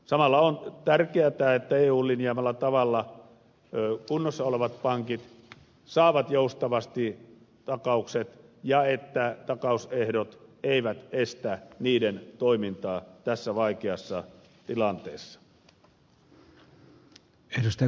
samalla on tärkeätä että eun linjaamalla tavalla kunnossa olevat pankit saavat joustavasti takaukset ja että takausehdot eivät estä niiden toimintaa tässä vaikeassa tilanteessa